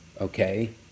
Okay